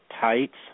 tights